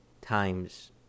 times